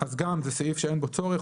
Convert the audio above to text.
אז גם זה סעיף שאין בו צורך,